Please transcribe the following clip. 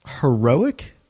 heroic